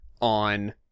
on